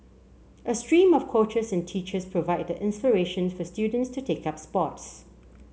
a stream of coaches and teachers provide the inspiration for students to take up sports